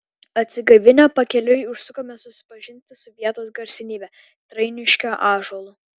atsigaivinę pakeliui užsukome susipažinti su vietos garsenybe trainiškio ąžuolu